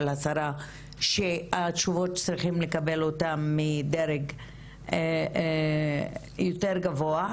השרה שאת התשובות צריך לקבל מדרג יותר גבוה.